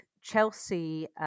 Chelsea